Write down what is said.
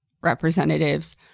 representatives